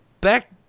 back